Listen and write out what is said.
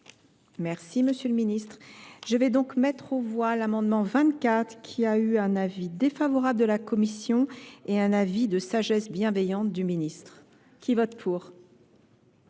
merci monsieur le ministre je vais donc mettre aux voix l'amendement vingt quatre qui a eu un avis défavorable de la commission et un avis de sagesse bienveillante du ministre qui vote pour